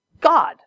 God